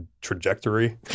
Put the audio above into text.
Trajectory